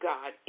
God